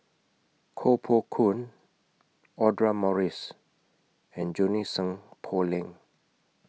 Koh Poh Koon Audra Morrice and Junie Sng Poh Leng